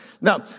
Now